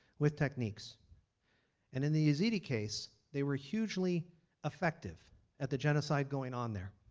with techniques and in the yazidi case, they were hugely effective at the genocide going on there.